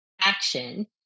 action